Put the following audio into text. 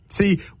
see